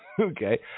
Okay